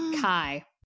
Kai